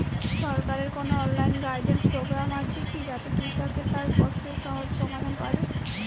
সরকারের কোনো online guidance programme আছে কি যাতে কৃষক তার প্রশ্নের সহজ সমাধান পাবে?